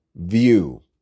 view